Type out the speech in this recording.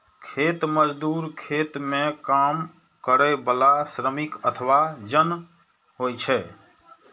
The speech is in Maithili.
खेत मजदूर खेत मे काम करै बला श्रमिक अथवा जन होइ छै